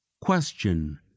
Question